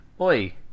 Oi